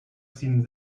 seen